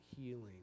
healing